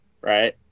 right